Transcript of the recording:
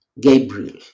Gabriel